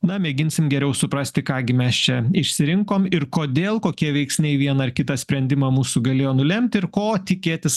na mėginsim geriau suprasti ką gi mes čia išsirinkom ir kodėl kokie veiksniai vieną ar kitą sprendimą mūsų galėjo nulemti ir ko tikėtis